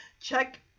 check